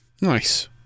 Nice